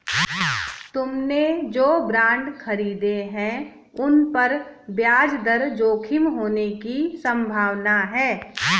तुमने जो बॉन्ड खरीदे हैं, उन पर ब्याज दर जोखिम होने की संभावना है